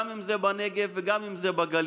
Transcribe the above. גם אם זה בנגב וגם אם זה בגליל.